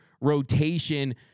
rotation